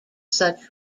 such